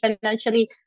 financially